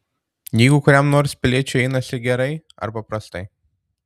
jeigu kuriam nors piliečiui einasi gerai arba prastai